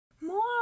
More